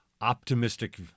optimistic